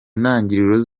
ntangiriro